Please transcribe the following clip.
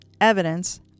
Evidence